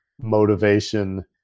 motivation